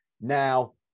Now